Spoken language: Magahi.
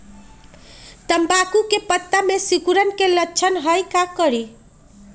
तम्बाकू के पत्ता में सिकुड़न के लक्षण हई का करी?